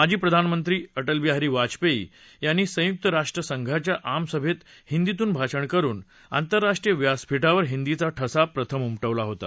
माजी प्रधानमंत्री अटलबिहारी वाजपेयी यांनी संयुक्त राष्ट्रसंघाच्या आमसभेत हिंदीतून भाषण करुन आंतरराष्ट्रीय व्यासपीठावर हिंदीचा ठसा प्रथम उमटवला होता